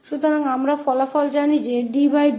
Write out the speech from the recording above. तो हम परिणाम जानते हैं कि ddsF tf है